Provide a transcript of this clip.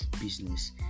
business